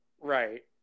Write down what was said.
Right